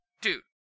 Dude